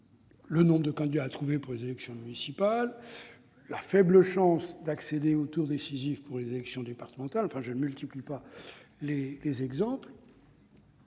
le nombre de candidats à trouver pour les élections municipales, la faible chance d'accéder au tour décisif pour les élections départementales, etc. Je ne multiplie pas les exemples,